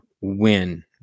win